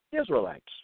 Israelites